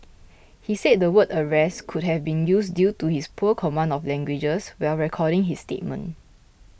he said the word arrest could have been used due to his poor command of languages while recording his statement